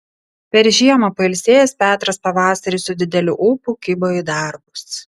per žiemą pailsėjęs petras pavasarį su dideliu ūpu kibo į darbus